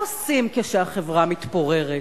מה עושים כשהחברה מתפוררת,